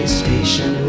station